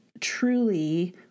truly